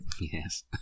yes